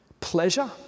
pleasure